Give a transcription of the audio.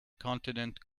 continent